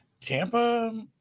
Tampa